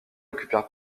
occupèrent